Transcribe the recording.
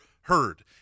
heard